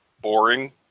boring